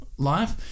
Life